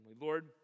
Lord